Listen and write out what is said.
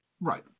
right